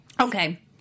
Okay